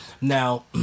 Now